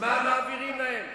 מה מעבירים להם?